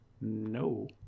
No